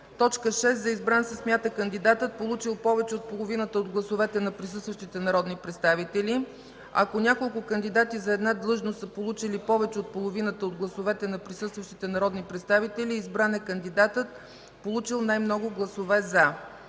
друго. 6. За избран се смята кандидатът, получил повече от половината от гласовете на присъстващите народни представители. Ако няколко кандидати за една длъжност са получили повече от половината от гласовете на присъстващите народни представители, избран е кандидатът, получил най-много гласове „за”.